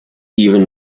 even